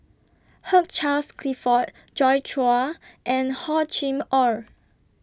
Hugh Charles Clifford Joi Chua and Hor Chim Or